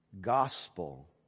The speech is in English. Gospel